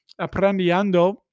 aprendiendo